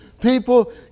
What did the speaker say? People